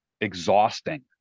exhausting